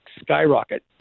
skyrocket